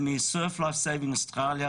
זה --- עם אוסטרליה,